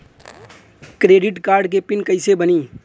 Credit card के pin कैसे बनी?